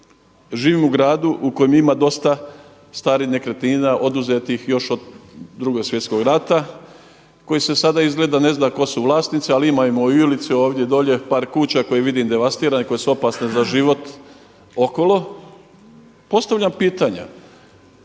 živim u gradu u kojem ima dosta starih nekretnina oduzetih još od Drugog svjetskog rata koji se sada izgleda ne zna tko su vlasnici. Ali imamo u Ilici ovdje dolje par kuća koje vidim devastirane, koje su opasne za život okolo. Postavljam pitanja